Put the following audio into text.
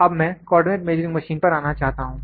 अब मैं coordinate measuring machine पर आना चाहता हूं